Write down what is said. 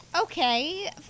Okay